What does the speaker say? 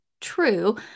true